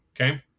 okay